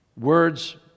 Words